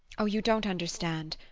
oh! you don't understand.